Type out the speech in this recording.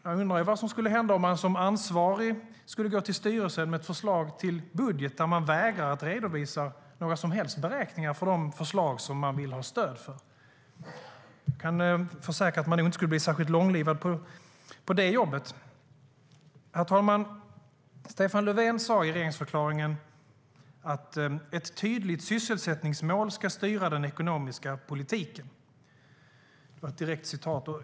Jag undrar vad som skulle hända om man som ansvarig skulle gå till styrelsen med ett förslag till budget där man vägrar att redovisa några som helst beräkningar för de förslag som man vill ha stöd för? Jag kan försäkra att man inte skulle bli särskilt långlivad på jobbet. Herr talman! Stefan Löfven sa i regeringsförklaringen att "ett tydligt sysselsättningsmål ska styra den ekonomiska politiken".